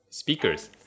Speakers